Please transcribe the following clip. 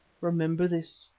remember this,